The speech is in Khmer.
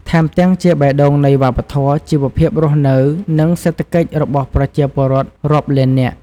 ថែមទាំងជាបេះដូងនៃវប្បធម៌ ជីវភាពរស់នៅ និងសេដ្ឋកិច្ចរបស់ប្រជាពលរដ្ឋរាប់លាននាក់។